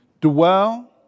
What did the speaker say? dwell